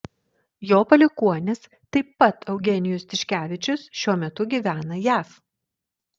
jo palikuonis taip pat eugenijus tiškevičius šiuo metu gyvena jav